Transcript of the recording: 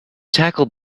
tackled